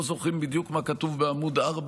לא זוכרים מה כתוב בדיוק בעמ' 4,